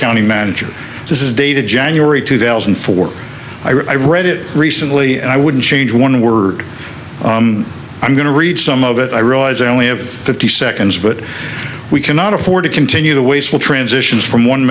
county manager this is dated january two thousand and four i read it recently and i wouldn't change one word i'm going to read some of it i realize i only have fifty seconds but we cannot afford to continue the wasteful transitions from one